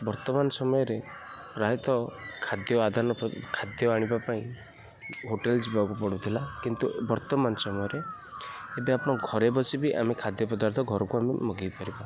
ବର୍ତ୍ତମାନ ସମୟରେ ପ୍ରାୟତଃ ଖାଦ୍ୟ ଆଦାନ ଖାଦ୍ୟ ଆଣିବା ପାଇଁ ହୋଟେଲ ଯିବାକୁ ପଡ଼ୁଥିଲା କିନ୍ତୁ ବର୍ତ୍ତମାନ ସମୟରେ ଏବେ ଆପଣ ଘରେ ବସିବି ଆମେ ଖାଦ୍ୟ ପଦାର୍ଥ ଘରକୁ ଆମେ ମଗାଇ ପାରିବା